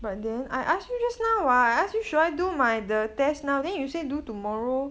but then I ask me just now what I ask you should I do my the test now then you say do tomorrow